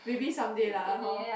maybe someday lah hor